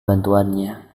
bantuannya